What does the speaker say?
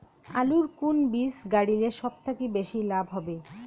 আলুর কুন বীজ গারিলে সব থাকি বেশি লাভ হবে?